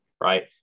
right